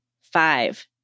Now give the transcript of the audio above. five